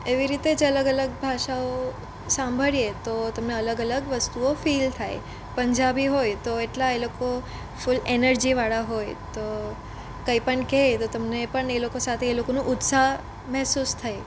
એવી રીતે જ અલગ અલગ ભાષાઓ સાંભળીએ તો તમને અલગ અલગ વસ્તુઓ ફિલ થાય પંજાબી હોય તો એટલા એ લોકો ફૂલ એનર્જીવાળા હોય તો કંઈ પણ કહે તો તમને પણ એ લોકો એ લોકોનું ઉત્સાહ મહેસુસ થાય